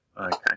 Okay